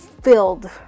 Filled